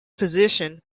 position